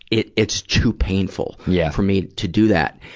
it, it's too painful yeah for me to do that.